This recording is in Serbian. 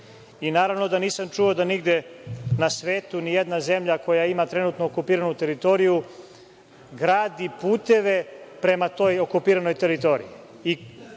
naravno da nisam čuo da nigde na svetu, ni jedna zemlja koja ima trenutno okupiranu teritoriju, gradi puteve prema toj okupiranoj teritoriji